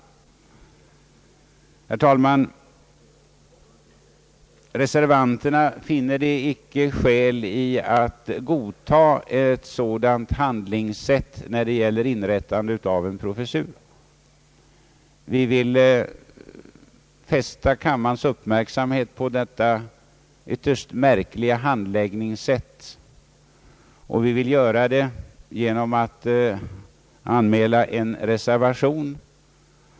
Herr talman! Reservanterna finner icke skäl att godta ett sådant handlingssätt när det gäller inrättandet av en professur. Vi vill fästa riksdagens uppmärksamhet på detta ytterst märkliga handläggningssätt, och vi gör det genom att anmäla en reservation.